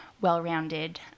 well-rounded